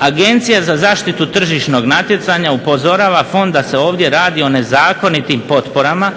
"Agencija za zaštitu tržišnog natjecanja upozorava fond da se ovdje radi o nezakonitim potporama